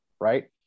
Right